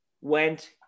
went